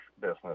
business